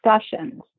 discussions